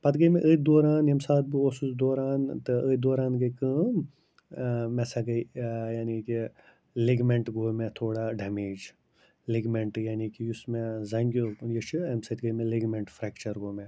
پَتہٕ گٔے مےٚ أتھۍ دوران ییٚمۍ ساتہٕ بہٕ اوسُس دوران تہٕ أتھۍ دوران گٔے کٲم مےٚ ہسا گٔے یعنی کہِ لیٚگمٮ۪نٛٹ گوٚو مےٚ تھوڑا ڈَمیج لیٚگمٮ۪نٛٹ یعنی کہِ یُس مےٚ زَنٛگہِ یہِ چھُ اَمہِ سۭتۍ گٔے مےٚ لیٚگمٮ۪نٛٹ فرٛٮ۪کچَر گوٚو مےٚ